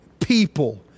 people